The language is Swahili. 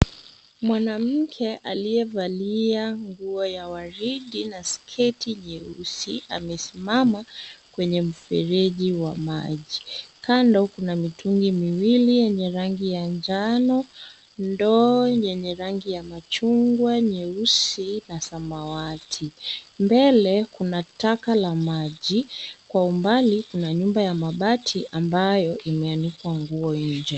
Mwanamke aliyevalia nguo ya waridi na sketi jeusi amesimama kwenye mfereji wa maji. Kando kuna mitungi miwili yenye rangi ya njano, ndoo yenye rangi ya machungwa, nyeusi na samawati. Mbele, kuna taka la maji, kwa umbali kuna nyumba ya mabati ambayo limeanikwa nguo nje.